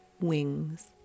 Wings